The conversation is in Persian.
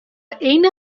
عین